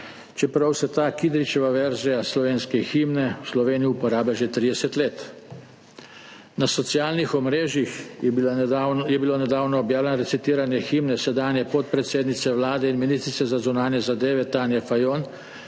čeprav se ta Kidričeva verzija slovenske himne v Sloveniji uporablja že 30 let. Na socialnih omrežjih je bilo nedavno objavljeno recitiranje himne sedanje podpredsednice Vlade in ministrice za zunanje zadeve Tanje Fajon,